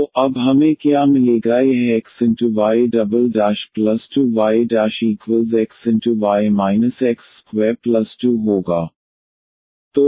तो अब हमें क्या मिलेगा यह xy2yxy x22 होगा